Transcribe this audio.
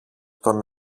τον